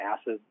acid